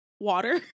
water